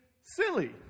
silly